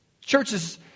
churches